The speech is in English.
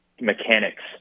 mechanics